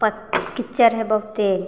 कीचड़ हइ बहुते